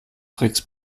tricks